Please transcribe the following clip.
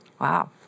Wow